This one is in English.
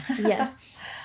Yes